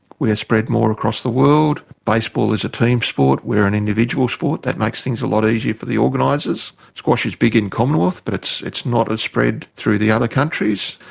we are spread more across the world. baseball is a team sport, we are an individual sport, that makes things a lot easier for the organisers. squash is big in the commonwealth but it's it's not as spread through the other countries.